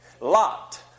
Lot